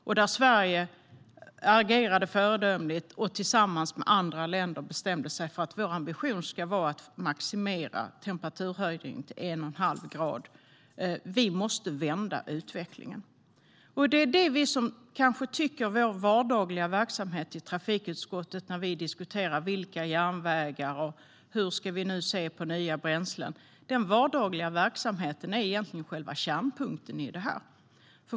Sverige agerade där föredömligt och bestämde sig tillsammans med andra länder för att vår ambition ska vara att maximera temperaturhöjningen till en och en halv grad. Vi måste vända utvecklingen. Vår vardagliga verksamhet i trafikutskottet när vi diskuterar nya järnvägar och hur vi ska se på nya bränslen är egentligen själva kärnpunkten i detta.